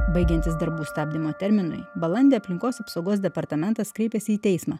baigiantis darbų stabdymo terminui balandį aplinkos apsaugos departamentas kreipėsi į teismą